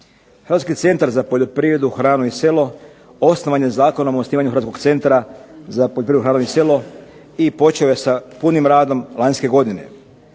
Hrvatski centar za poljoprivredu, hranu i selo osnovan je Zakonom o osnivanju Hrvatskog centra za poljoprivredu, hranu i selo i počeo je sa punim radom lanjske godine.